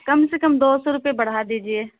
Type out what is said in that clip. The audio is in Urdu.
کم سے کم دو سو روپئے بڑھا دیجیے